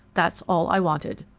that's all i wanted.